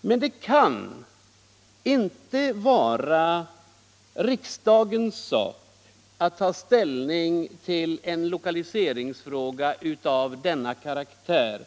Men det kan inte vara riksdagens sak att ta ställning till en lokaliseringsfråga av den karaktären.